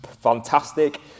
fantastic